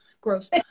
gross